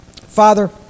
Father